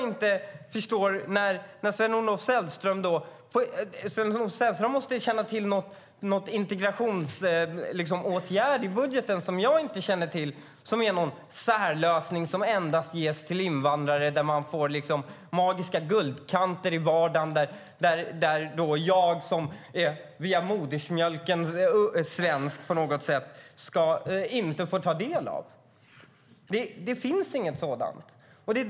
Är det splittringspolitik? Sven-Olof Sällström måste känna till någon integrationsåtgärd i budgeten som jag inte känner till och som är en särlösning som endast ges till invandrare och där man får magiska guldkanter i vardagen som jag som är svensk via modersmjölken inte får ta del av. Det finns inget sådant.